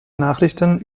nachrichten